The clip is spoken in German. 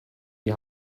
die